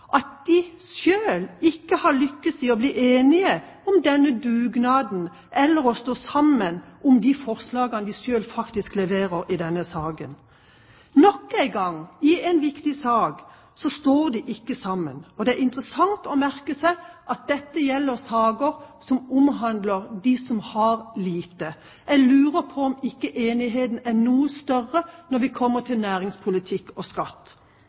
at de selv ikke har lyktes i å bli enige om denne dugnaden eller om å stå sammen om de forslagene som de selv faktisk leverer i denne saken. Nok en gang i en viktig sak står de ikke sammen, og det er interessant å merke seg at dette gjelder saker som omhandler dem som har lite. Jeg lurer på om ikke enigheten er noe større når vi kommer til næringspolitikk og skatt.